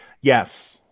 Yes